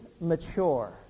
mature